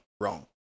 wrong